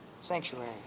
sanctuary